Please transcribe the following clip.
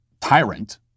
tyrant